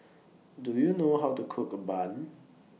Do YOU know How to Cook A Bun